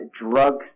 drugs